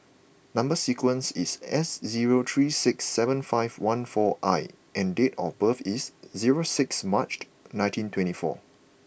number sequence is S zero three six seven five one four I and date of birth is zero six Marched nineteen twenty four